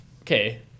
Okay